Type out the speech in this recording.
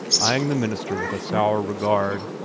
eying the minister with a sour regard,